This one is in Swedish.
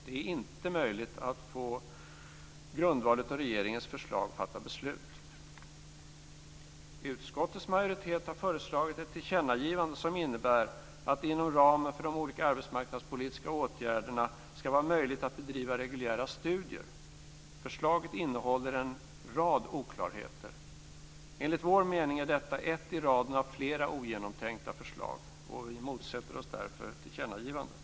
Det är inte möjligt att på grundval av regeringens förslag fatta beslut. Utskottets majoritet har föreslagit ett tillkännagivande som innebär att det inom ramen för de olika arbetsmarknadspolitiska åtgärderna ska vara möjligt att bedriva reguljära studier. Förslaget innehåller en rad oklarheter. Enligt vår mening är detta ett i raden av flera ogenomtänkta förslag. Vi motsätter oss därför tillkännagivandet.